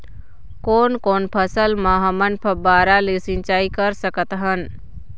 कोन कोन फसल म हमन फव्वारा ले सिचाई कर सकत हन?